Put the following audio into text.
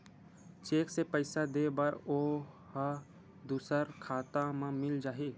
Cheque से पईसा दे बर ओहा दुसर खाता म मिल जाही?